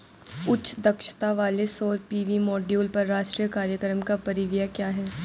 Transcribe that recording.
उच्च दक्षता वाले सौर पी.वी मॉड्यूल पर राष्ट्रीय कार्यक्रम का परिव्यय क्या है?